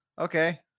Okay